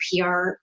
PR